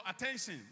attention